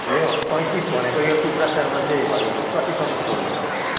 यो पैँतिस भनेको यो टुक्रा चामल चाहिँ भनेपछि कतिसम्म छोड्नु सक्नुहुन्छ